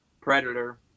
Predator